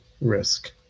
risk